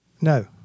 No